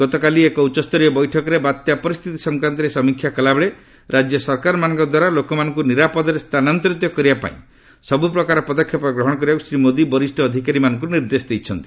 ଗତକାଲି ଏକ ଉଚ୍ଚସ୍ତରୀୟ ବୈଠକରେ ବାତ୍ୟା ପରିସ୍ଥିତି ସଂକ୍ରାନ୍ତରେ ସମୀକ୍ଷା କଲାବେଳେ ରାଜ୍ୟ ସରକାରମାନଙ୍କ ଦ୍ୱାରା ଲୋକମାନଙ୍କୁ ନିରାପଦରେ ସ୍ଥାନାନ୍ତରିତ କରିବା ପାଇଁ ସବୁ ପ୍ରକାର ପଦକ୍ଷେପ ଗ୍ରହଣ କରିବାକୁ ଶ୍ରୀ ମୋଦୀ ବରିଷ ଅଧିକାରୀମାନଙ୍କୁ ନିର୍ଦ୍ଦେଶ ଦେଇଛନ୍ତି